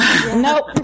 Nope